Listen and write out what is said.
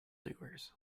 doers